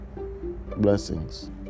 Blessings